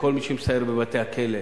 כל מי שמסייר בבתי-הכלא,